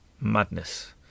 madness